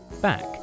back